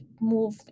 move